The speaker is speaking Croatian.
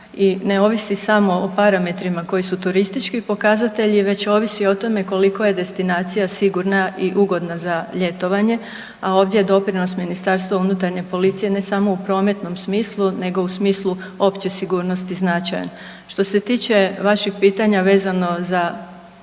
ne ovisi samo o parametrima koji su turistički pokazatelji, već ovisi o tome koliko je destinacija sigurna i ugodna za ljetovanje, a ovdje je doprinos ministarstva unutarnje policije ne samo u prometnom smislu nego u smislu opće sigurnosti značajan. Što se tiče vašeg pitanja vezano za